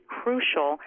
crucial